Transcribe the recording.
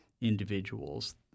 individuals